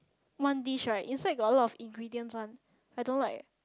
one dish right inside got a lot of ingredients one I don't like